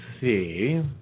see